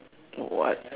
what